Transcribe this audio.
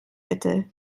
bitte